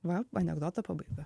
va anekdoto pabaiga